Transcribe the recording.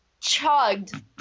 chugged